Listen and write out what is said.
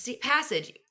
passage